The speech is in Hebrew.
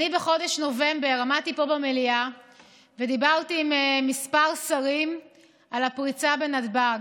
בחודש נובמבר עמדתי פה במליאה ודיברתי עם כמה שרים על הפרצה בנתב"ג.